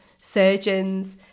surgeons